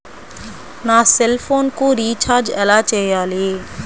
నా సెల్ఫోన్కు రీచార్జ్ ఎలా చేయాలి?